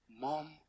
mom